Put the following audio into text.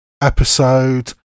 episode